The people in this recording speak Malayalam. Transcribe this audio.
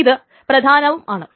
അത് പ്രധാനവും ആണ്